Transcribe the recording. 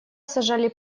сажали